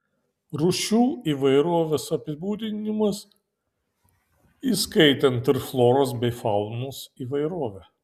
rūšių įvairovės apibūdinimas įskaitant ir floros bei faunos įvairovę